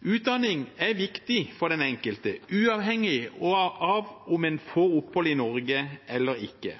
Utdanning er viktig for den enkelte, uavhengig av om en får opphold i Norge eller ikke.